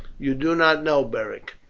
you do not know, beric,